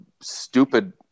stupid